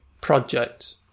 project